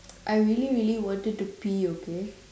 I really really wanted to pee okay